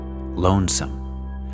lonesome